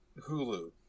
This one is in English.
Hulu